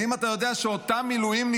האם אתה יודע שאותם מילואימניקים,